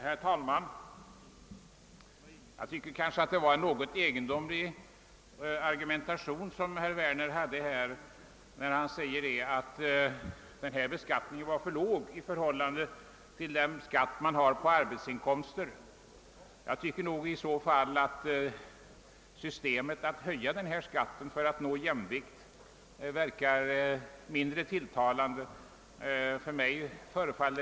Herr talman! Jag tycker att herr Werners argumentation är något egendomlig, när han säger att beskattningen på totalisatorvinster är för låg i förhållande till skatten på arbetsinkomster. Systemet att höja skatten på vinsterna för att nå jämvikt förefaller mig mindre tilltalande.